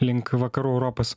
link vakarų europos